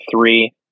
three